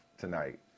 tonight